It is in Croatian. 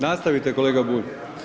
Nastavite kolega Bulj.